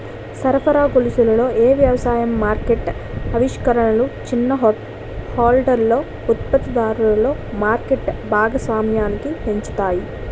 సరఫరా గొలుసులలో ఏ వ్యవసాయ మార్కెట్ ఆవిష్కరణలు చిన్న హోల్డర్ ఉత్పత్తిదారులలో మార్కెట్ భాగస్వామ్యాన్ని పెంచుతాయి?